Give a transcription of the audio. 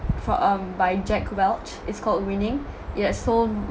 for um by jack welch it's called winning it has sold